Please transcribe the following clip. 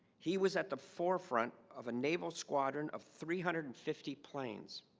he was at the forefront of a naval squadron of three hundred and fifty planes